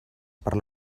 per